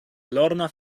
lorna